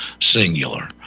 singular